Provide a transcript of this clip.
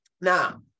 now